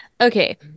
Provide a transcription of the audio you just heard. okay